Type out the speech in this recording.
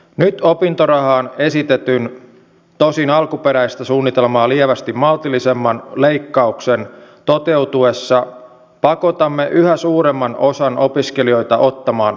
nyt opintorahaan esitetyn tosin alkuperäistä suunnitelmaa lievästi maltillisemman leikkauksen toteutuessa pakotamme yhä suuremman osan opiskelijoista ottamaan opintolainaa